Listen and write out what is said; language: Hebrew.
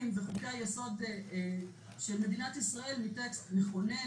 וחוקי-היסוד של מדינת ישראל מטקסט מכונן,